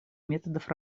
методов